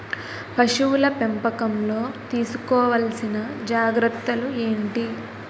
పశువుల పెంపకంలో తీసుకోవల్సిన జాగ్రత్త లు ఏంటి?